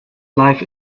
life